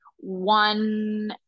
one